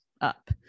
up